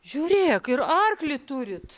žiūrėk ir arklį turit